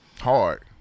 hard